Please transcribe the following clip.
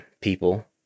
people